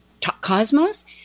Cosmos